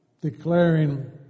Declaring